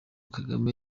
kagame